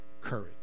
courage